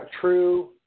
true